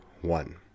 one